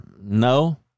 no